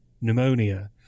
pneumonia